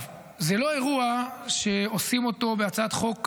זה לא אירוע שעושים אותו בהצעת חוק,